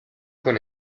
con